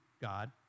God